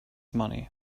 money